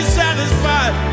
satisfied